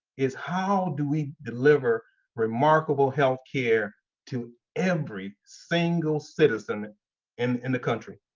is how do we deliver remarkable healthcare to every single citizen in in the country?